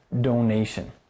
donation